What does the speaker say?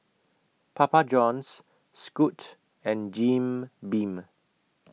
Papa Johns Scoot and Jim Beam